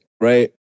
right